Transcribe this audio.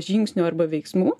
žingsnių arba veiksmų